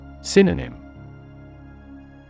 Synonym